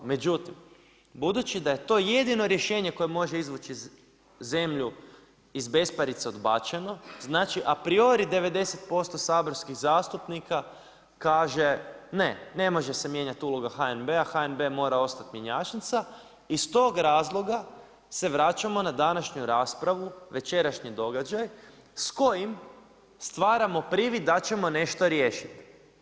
Međutim, budući da je to jedino rješenje koje može izvući zemlju iz besparice odbačeno, znači apriori 90% saborskih zastupnika kaže ne, ne može se mijenjati uloga HNB-a, HNB mora ostati mjenjačnica i s tog razloga se vraćamo na današnju raspravu večerašnji događaj s kojim stvaramo privid da ćemo nešto riješiti.